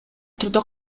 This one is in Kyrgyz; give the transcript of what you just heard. турдө